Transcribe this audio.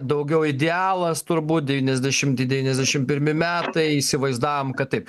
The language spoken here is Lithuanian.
daugiau idealas turbūt devyniasdešimti devyniasdešimt pirmi metai įsivaizdavom kad taip